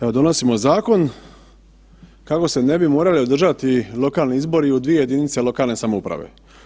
Evo, donosimo zakon kako se ne bi morali održati lokalni izbori u dvije jedinice lokalne samouprave.